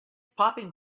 popping